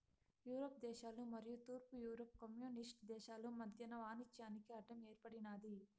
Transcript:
Europe దేశాలు మరియు తూర్పు యూరప్ కమ్యూనిస్టు దేశాలు మధ్యన వాణిజ్యానికి అడ్డం ఏర్పడినాది